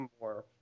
more